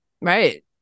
Right